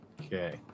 Okay